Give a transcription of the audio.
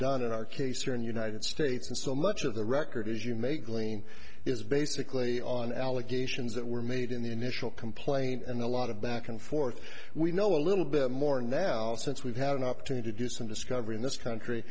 done in our case or in the united states and so much of the record as you may glean is basically on allegations that were made in the initial complaint and a lot of back and forth we know a little bit more now since we've had an opportunity to do some discovery in this country